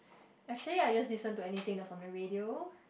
actually I just listen to anything that's one the radio